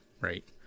right